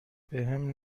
بهم